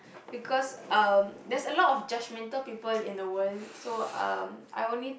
because um there's a lot of judgmental people in the world so um I only